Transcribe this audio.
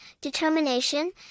determination